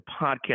podcast